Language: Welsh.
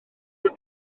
nhw